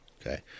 Okay